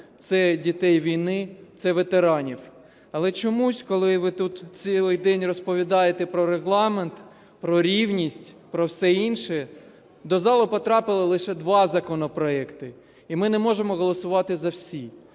це дітей війни, це ветеранів. Але чомусь, коли ви тут цілий день розповідаєте про Регламент, про рівність, про все інше, до зали потрапило лише два законопроекти, і ми не можемо голосувати за всі.